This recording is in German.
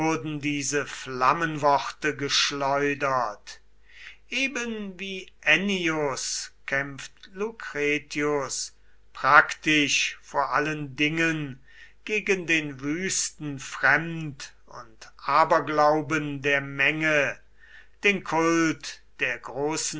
diese flammenworte geschleudert ebenwie ennius kämpft lucretius praktisch vor allen dingen gegen den wüsten fremd und aberglauben der menge den kult der großen